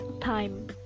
time